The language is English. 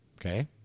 Okay